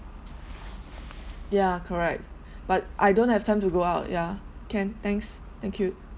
ya correct but I don't have time to go out ya can thanks thank you